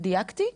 דייקתי?